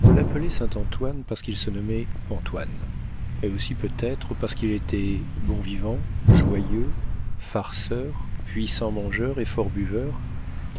on l'appelait saint-antoine parce qu'il se nommait antoine et aussi peut-être parce qu'il était bon vivant joyeux farceur puissant mangeur et fort buveur